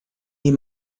die